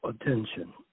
attention